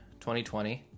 2020